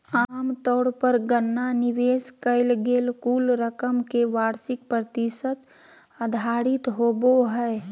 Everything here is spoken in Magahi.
आमतौर पर गणना निवेश कइल गेल कुल रकम के वार्षिक प्रतिशत आधारित होबो हइ